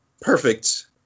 perfect